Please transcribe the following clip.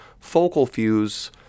FocalFuse